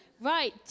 Right